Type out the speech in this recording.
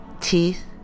teeth